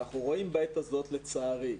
אנחנו רואים בעת הזאת, לצערי,